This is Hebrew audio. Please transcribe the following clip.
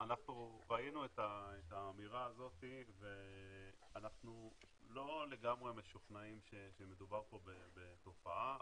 אנחנו ראינו את האמירה הזאת ואנחנו לא לגמרי משוכנעים שמדובר פה בתופעה,